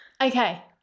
Okay